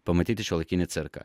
pamatyti šiuolaikinį cirką